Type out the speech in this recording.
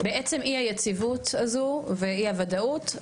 בעצם אי היציבות הזו ואי הוודאות,